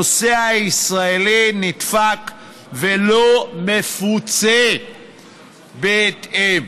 הנוסע הישראלי נדפק ולא מפוצה בהתאם.